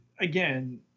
again